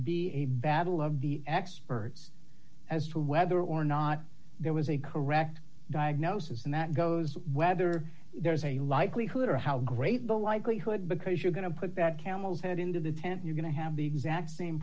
be a battle of the experts as to whether or not there was a correct diagnosis and that goes whether there is a likelihood or how great the likelihood because you're going to put that camel's head into the tent you're going to have the exact same